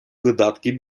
видатки